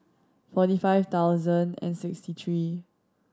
forty five thousand and sixty three